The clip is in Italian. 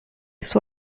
suo